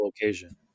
occasion